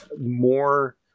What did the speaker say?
more